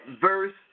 verse